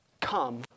come